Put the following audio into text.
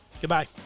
Goodbye